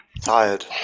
Tired